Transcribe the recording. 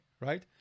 right